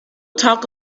talk